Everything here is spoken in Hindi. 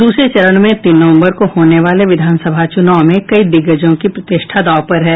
दूसरे चरण में तीन नवम्बर को होने वाले विधानसभा चुनाव में कई दिग्गजों की प्रतिष्ठा दांव पर है